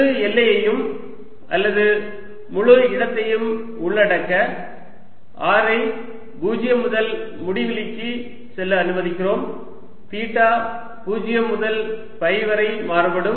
முழு எல்லையையும் அல்லது முழு இடத்தையும் உள்ளடக்க r ஐ 0 முதல் முடிவிலிக்கு செல்ல அனுமதிக்கிறோம் தீட்டா 0 முதல் பை வரை மாறுபடும்